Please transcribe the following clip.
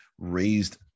raised